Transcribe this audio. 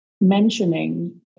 mentioning